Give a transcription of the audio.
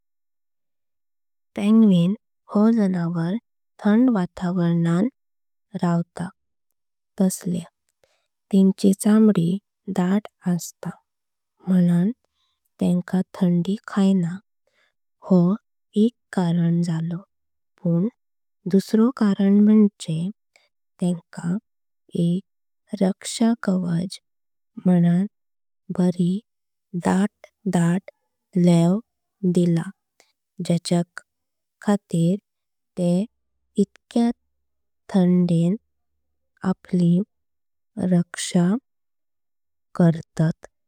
पेंग्विन हो जनावर थंड वातावरणान रतत तशेले। तेंची चाम्बडी दाट असता म्हणात तेक थडी खान्य ह। एक कारण जालय पुन दुसर कारण म्हण्जे तेनक। एक रक्षा कवच म्हणान बारी दाठ दाठ लेव दिला। ज्याच्य खातीर ते इतक्या थंडेन आपली रक्षा करतात।